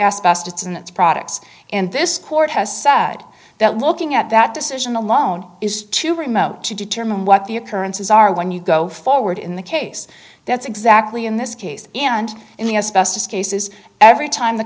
asbestos in its products and this court has sad that looking at that decision alone is too remote to determine what the occurrences are when you go forward in the case that's exactly in this case and in the us best cases every time the